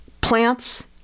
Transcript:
plants